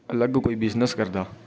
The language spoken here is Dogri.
लग्ग कोई बिजनेस करदा